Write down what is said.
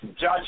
Judge